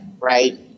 Right